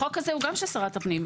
גם החוק הזה הוא של שרת הפנים.